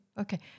Okay